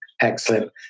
Excellent